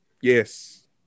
yes